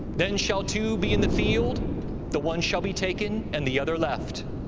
then shall two be in the field the one shall be taken, and the other left.